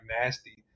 nasty